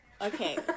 Okay